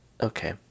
okay